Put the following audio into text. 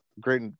great